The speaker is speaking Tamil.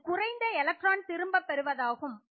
இது குறைந்த எலெக்ட்ரானை திரும்ப பெறுவதாகும்